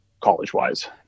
college-wise